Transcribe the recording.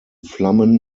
flammen